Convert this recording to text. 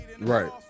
Right